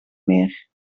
meer